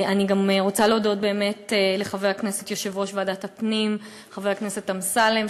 אני גם רוצה להודות באמת ליושב-ראש ועדת הפנים חבר הכנסת אמסלם,